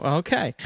okay